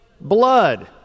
blood